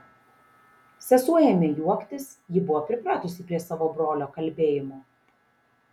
sesuo ėmė juoktis ji buvo pripratusi prie savo brolio kalbėjimo